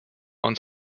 uns